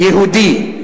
יהודי.